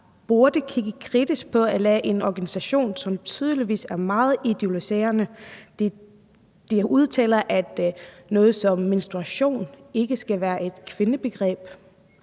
burde kigge kritisk på en organisation, som tydeligvis er meget ideologiserende. De udtaler, at noget som menstruation ikke skal være et kvindebegreb,